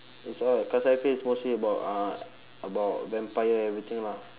it's all cassandra clare mostly about uh about vampire everything lah